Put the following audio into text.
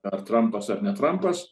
ar trampas ar ne trampas